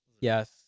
Yes